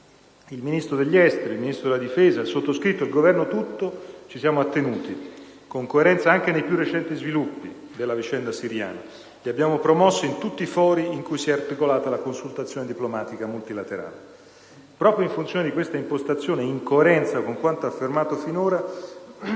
il Ministro degli affari esteri, il Ministro della difesa, il sottoscritto e il Governo tutto si sono attenuti con coerenza, anche nei più recenti sviluppi della vicenda siriana, e li abbiamo promossi in tutti i fori in cui si è articolata la consultazione diplomatica multilaterale. Proprio in funzione di questa impostazione, e in coerenza con quanto affermato finora,